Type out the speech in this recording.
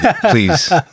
please